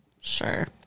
Sure